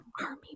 army